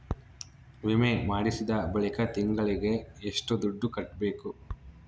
ವಿಮೆ ಮಾಡಿಸಿದ ಬಳಿಕ ತಿಂಗಳಿಗೆ ಎಷ್ಟು ದುಡ್ಡು ಕಟ್ಟಬೇಕು?